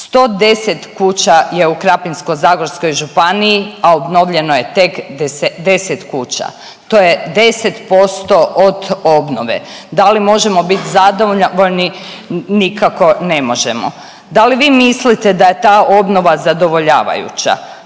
110 kuća je u Krapinsko-zagorskoj županiji, a obnovljeno je tek 10 kuća. To je 10% od obnove. Da li možemo biti zadovoljni? Nikako ne možemo. Da li vi mislite da je ta obnova zadovoljavajuća?